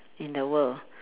in the world